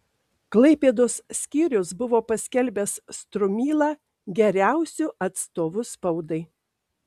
klaipėdos skyrius buvo paskelbęs strumylą geriausiu atstovu spaudai